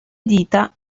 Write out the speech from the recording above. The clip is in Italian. dita